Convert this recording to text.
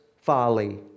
folly